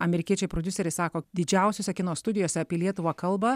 amerikiečiai prodiuseriai sako didžiausiose kino studijose apie lietuvą kalba